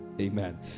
Amen